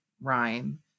rhyme